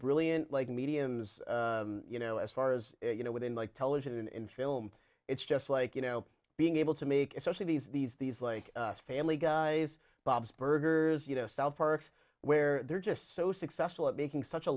brilliant like mediums you know as far as you know within like television and in film it's just like you know being able to make especially these these these like family guys bob's burgers you know south parks where they're just so successful at making such a